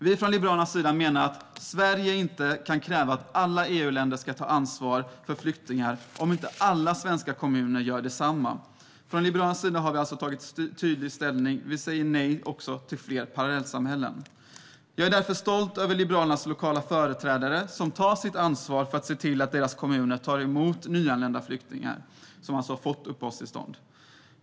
Vi i Liberalerna menar att Sverige inte kan kräva att alla EU-länder ska ta ansvar för flyktingar om inte alla svenska kommuner gör detsamma. I Liberalerna har vi därför tagit tydlig ställning: Vi säger nej till fler parallellsamhällen. Jag är stolt över Liberalernas lokala företrädare, som tar sitt ansvar för att se till att deras kommuner tar emot nyanlända flyktingar som har fått uppehållstillstånd.